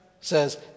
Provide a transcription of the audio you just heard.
says